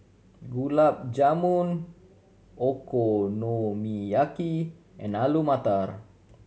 Gulab Jamun Okonomiyaki and Alu Matar